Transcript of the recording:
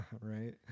right